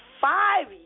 five